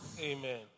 Amen